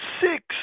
six